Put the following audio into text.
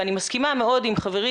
ואני מסכימה מאוד עם חברי,